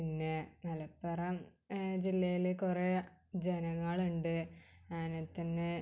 പിന്നെ മലപ്പുറം ജില്ലയിൽ കുറേ ജനങ്ങൾ ഉണ്ട് അതിനെത്തന്നെ